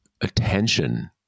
attention